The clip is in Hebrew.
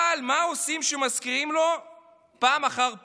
אבל מה עושים כשמזכירים לו פעם אחר פעם?